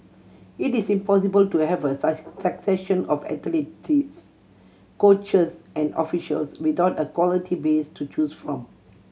it is impossible to have a succession of athletes coaches and officials without a quality base to choose from